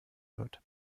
wird